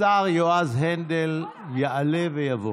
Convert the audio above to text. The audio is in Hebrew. השר יועז הנדל יעלה ויבוא.